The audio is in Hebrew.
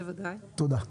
בוודאי.